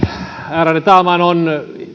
ärade talman on